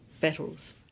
battles